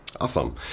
awesome